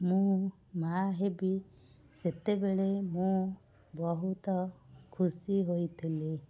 ମୁଁ ମା' ହେବି ସେତେବେଳେ ମୁଁ ବହୁତ ଖୁସି ହୋଇଥିଲି